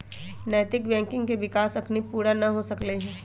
नैतिक बैंकिंग के विकास अखनी पुरा न हो सकलइ ह